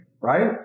right